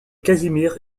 casimir